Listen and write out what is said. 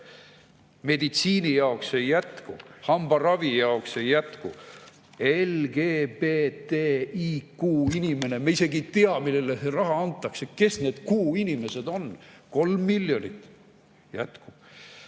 meditsiini jaoks ei jätku, hambaravi jaoks ei jätku. LGBTIQ‑inimene – me isegi ei tea, millele see raha antakse! Kes need Q‑inimesed on? Kolm miljonit! Jätkub!